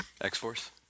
X-Force